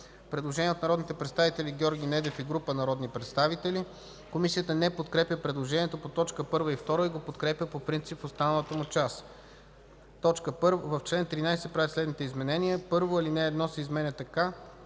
Предложение от народния представител Георги Недев и група народни представители. Комисията не подкрепя предложението по т. 1 и 2 и го подкрепя по принцип в останалата му част: „В чл. 13 се правят следните изменения: 1. Алинея 1 се изменя така: